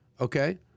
Okay